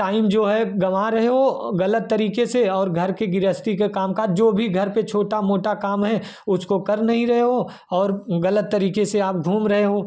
time जो है गँवा रहे हो गलत तरीके से और घर के गृहस्ती के कामकाज जो भी घर पर छोटा मोटा काम है उसको कर नहीं रहे हो और गलत तरीके से आप घूम रहे हो